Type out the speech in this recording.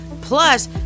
Plus